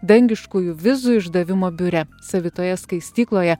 dangiškųjų vizų išdavimo biure savitoje skaistykloje